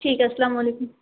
ٹھیک ہے السلام علیکم